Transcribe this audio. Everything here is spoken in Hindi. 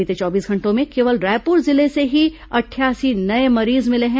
बीते चौबीस घंटों में केवल रायपुर जिले से ही अठासी नये मरीज मिले हैं